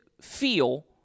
feel